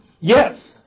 Yes